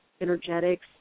energetics